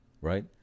right